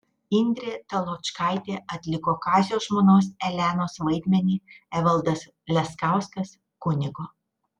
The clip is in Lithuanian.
indrė taločkaitė atliko kazio žmonos elenos vaidmenį evaldas leskauskas kunigo